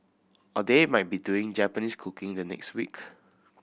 or they might be doing Japanese cooking the next week